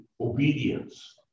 obedience